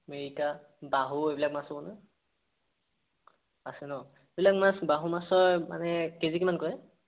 মিৰিকা বাহু এইবিলাক মাছ হ'ব নহয় আছে ন এইবিলাক মাছ বাহু মাছৰ মানে কেজি কিমানকৈ